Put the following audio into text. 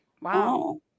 Wow